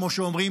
כמו שאומרים,